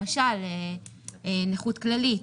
למשל נכות כללית,